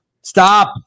Stop